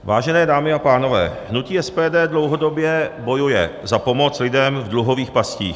Vážené dámy a pánové, hutí SPD dlouhodobě bojuje za pomoc lidem v dluhových pastích.